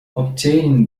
obtaining